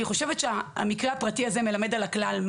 אני חושבת שהמקרה הפרטי הזה מלמד על הכלל.